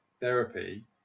therapy